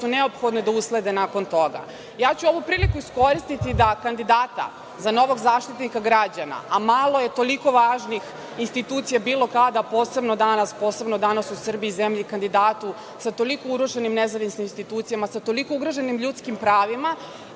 neophodne da uslede nakon toga. Ovu priliku ću iskoristiti da kandidata za novog Zaštitnika građana, a malo je toliko važnih institucija bilo kada, a posebno danas u Srbiji, zemlji, kandidatu sa toliko urušenim nezavisnim institucijama, sa toliko ugroženim ljudskim pravima,